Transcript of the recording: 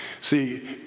see